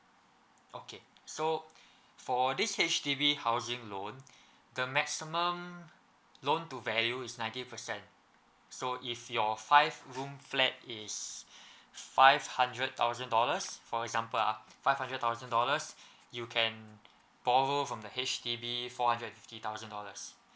okay so for this H_D_B housing loan the maximum loan to value is ninety percent so if your five room flat is five hundred thousand dollars for example ah five hundred thousand dollars you can borrow from the H_D_B four hundred and fifty thousand dollars